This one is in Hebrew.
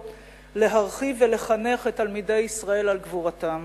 להרחיב ולחנך את תלמידי ישראל על גבורתם.